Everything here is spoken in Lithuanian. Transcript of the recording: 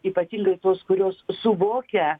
ypatingai tos kurios suvokia